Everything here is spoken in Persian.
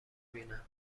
بینم